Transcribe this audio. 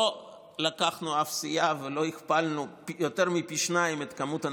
לא לקחנו אף סיעה ולא הכפלנו יותר מפי שניים את כמות,